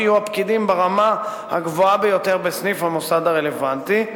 יהיו הפקידים ברמה הגבוהה ביותר בסניף המוסד הרלוונטי,